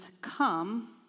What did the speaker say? come